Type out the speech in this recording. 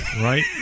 Right